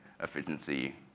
efficiency